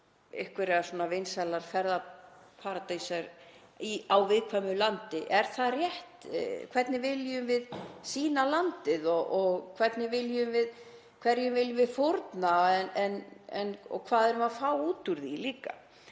upp einhverjar vinsælar ferðaparadísir á viðkvæmu landi. Er það rétt? Hvernig viljum við sýna landið og hvernig viljum við fórna? Hvað erum við að fá út úr því?